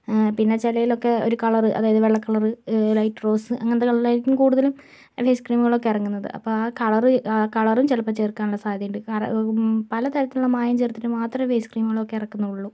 പിന്നെ ചിലതിലൊക്കെ ഒരു കളർ അതായത് വെള്ള കളറ് ലൈറ്റ് റോസ് അങ്ങനത്തെ കളറായിരിക്കും കൂടുതലും ഫെയ്സ് ക്രീമുകളൊക്കെ ഇറങ്ങുന്നത് അപ്പോൾ ആ കളർ ആ കളറും ചിലപ്പോൾ ചേർക്കാനുള്ള സാധ്യത ഉണ്ട് കാരണം പല തരത്തിലുള്ള മായം ചേർത്തിട്ട് മാത്രമെ ഫേസ് ക്രീമുകളൊക്കെ ഇറക്കുന്നുള്ളു